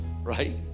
right